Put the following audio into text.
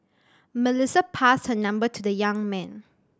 Melissa passed her number to the young man